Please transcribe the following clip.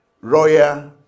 royal